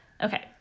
Okay